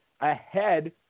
ahead